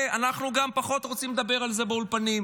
אנחנו גם פחות רוצים לדבר על זה באולפנים.